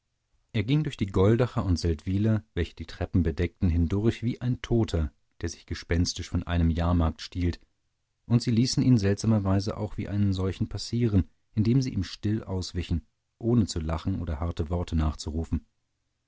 er ging durch die goldacher und seldwyler welche die treppen bedeckten hindurch wie ein toter der sich gespenstisch von einem jahrmarkt stiehlt und sie ließen ihn seltsamerweise auch wie einen solchen passieren indem sie ihm still auswichen ohne zu lachen oder harte worte nachzurufen